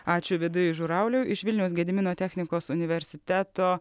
ačiū vidui žurauliui iš vilniaus gedimino technikos universiteto